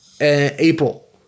April